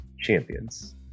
champions